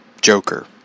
Joker